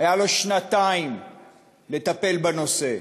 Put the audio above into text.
היו לו שנתיים לטפל בנושא.